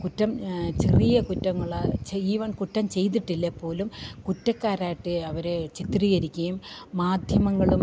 കുറ്റം ചെറിയ കുറ്റങ്ങൾ ചെയ്യുവാൻ കുറ്റം ചെയ്തിട്ടില്ലേൽ പോലും കുറ്റക്കാരായിട്ട് അവരെ ചിത്രീകരിക്കുകയും മാധ്യമങ്ങളും